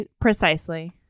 Precisely